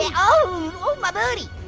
yeah ooh, my booty!